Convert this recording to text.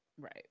right